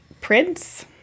prints